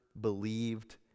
believed